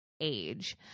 Age